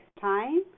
time